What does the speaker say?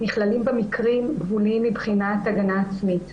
נכללים מקרים גבוליים מבחינת הגנה עצמית.